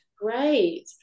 Great